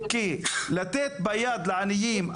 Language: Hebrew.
כי לתת ביד לעניים,